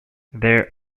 their